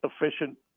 efficient